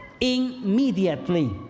Immediately